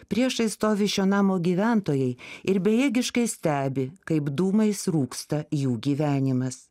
priešais stovi šio namo gyventojai ir bejėgiškai stebi kaip dūmais rūksta jų gyvenimas